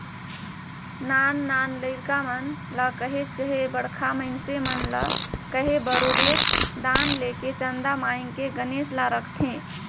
नान नान लरिका मन ल कहे चहे बड़खा मइनसे मन ल कहे बरोबेर दान लेके चंदा मांएग के गनेस ल रखथें